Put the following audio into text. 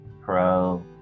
pro